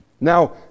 Now